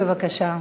בבקשה.